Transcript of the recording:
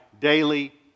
daily